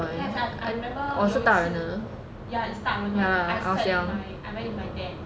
have I remember 有一次 ya it's 大人 one I sat with my I went with my dad ya